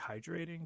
hydrating